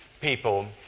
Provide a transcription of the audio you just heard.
people